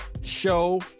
show